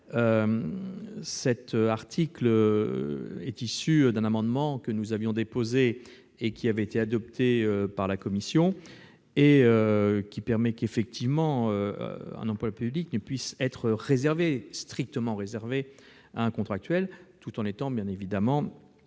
cet article est issu d'un amendement que nous avions déposé et qui a été adopté par la commission. Il prévoit qu'un emploi public ne puisse être strictement réservé à un contractuel, tout en étant évidemment